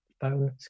phone